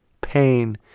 pain